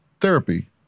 therapy